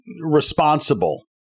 responsible